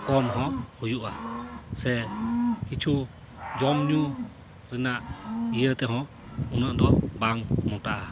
ᱠᱚᱢ ᱦᱚᱸ ᱦᱩᱭᱩᱜᱼᱟ ᱥᱮ ᱠᱤᱪᱷᱩ ᱡᱚᱢᱼᱧᱩ ᱨᱮᱱᱟᱜ ᱤᱭᱟᱹ ᱛᱮᱦᱚᱸ ᱩᱱᱟᱹᱜ ᱫᱚ ᱵᱟᱝ ᱢᱚᱴᱟᱦᱟ